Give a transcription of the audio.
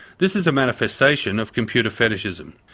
this is a manifestation of computer fetishism.